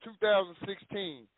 2016